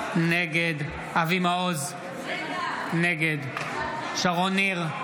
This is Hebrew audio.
נגד אבי מעוז, נגד שרון ניר,